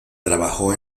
trabajó